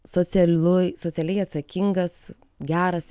socialu socialiai atsakingas geras